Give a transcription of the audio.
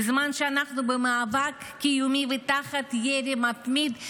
בזמן שאנחנו במאבק קיומי ותחת ירי מתמיד,